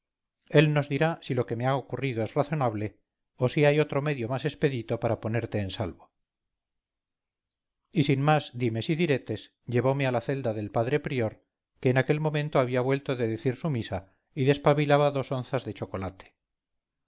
él nos dirá si lo que me ha ocurrido es razonable o si hay otro medio más expedito para ponerte en salvo y sin más dimes ni diretes llevome a la celda del padre prior que en aquel momento había vuelto de decir su misa y despabilaba dos onzas de chocolate